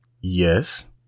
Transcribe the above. Yes